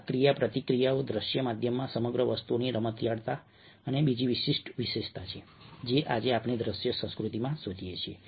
આ ક્રિયાપ્રતિક્રિયા દ્રશ્ય માધ્યમમાં સમગ્ર વસ્તુની રમતિયાળતા એ બીજી વિશિષ્ટ વિશેષતા છે જે આજે આપણે દ્રશ્ય સંસ્કૃતિમાં શોધીએ છીએ